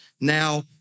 Now